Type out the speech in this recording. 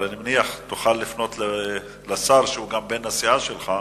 אבל אני מניח שתוכל לפנות לשר שהוא גם בן הסיעה שלך,